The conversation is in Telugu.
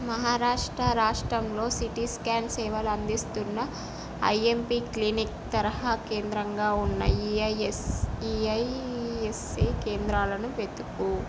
మహారాష్ట్ర రాష్ట్రంలో సిటీ స్క్యాన్ సేవలు అందిస్తున్న ఐఎంపి క్లినిక్ తరహా కేంద్రంగా ఉన్న ఈఐఎస్ ఈఐఎస్ఈ కేంద్రాలను వెతుకు